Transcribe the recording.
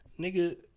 Nigga